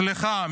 סליחה,